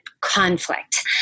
conflict